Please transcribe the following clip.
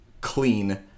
clean